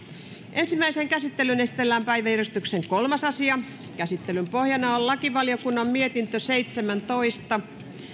ensimmäiseen käsittelyyn esitellään päiväjärjestyksen kolmas asia käsittelyn pohjana on lakivaliokunnan mietintö seitsemäntoista